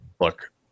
Look